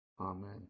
Amen